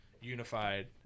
Unified